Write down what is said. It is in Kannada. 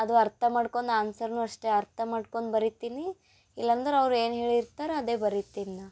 ಅದು ಅರ್ಥ ಮಾಡ್ಕೊಂಡ್ ಆನ್ಸರನ್ನೂ ಅಷ್ಟೇ ಅರ್ಥ ಮಾಡ್ಕೊಂಡ್ ಬರಿತೀನಿ ಇಲ್ಲಾಂದ್ರೆ ಅವ್ರು ಏನು ಹೇಳಿರ್ತಾರೆ ಅದೇ ಬರಿತೀನಿ ನಾ